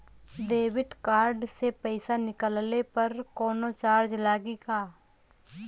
Debit card से पैसा निकलले पर कौनो चार्ज लागि का?